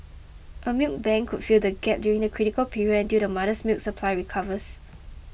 a milk bank could fill the gap during the critical period until the mother's milk supply recovers